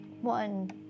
one